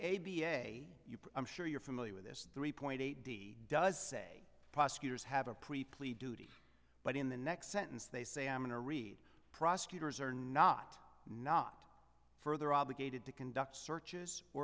a i'm sure you're familiar with this three point eight d does say prosecutors have a pre plea duty but in the next sentence they say i'm going to read prosecutors are not not further obligated to conduct searches or